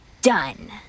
done